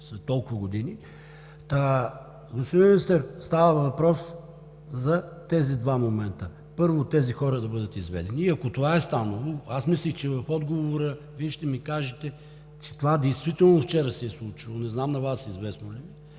след толкова години. Господин Министър, става въпрос за тези два момента: първо, тези хора да бъдат изведени. И ако това е станало, аз мислех, че в отговора Ви ще ми кажете, че това действително вчера се е случило. Не знам дали на Вас Ви е